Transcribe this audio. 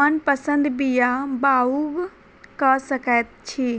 मनपसंद बीया बाउग क सकैत छी